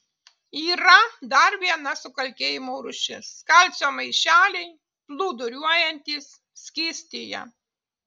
yra dar viena sukalkėjimo rūšis kalcio maišeliai plūduriuojantys skystyje